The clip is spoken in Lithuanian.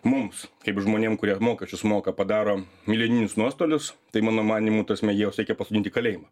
mums kaip žmonėm kurie mokesčius moka padaro milijoninius nuostolius tai mano manymu ta prasme juos reikia pasodint į kalėjimą